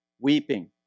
weeping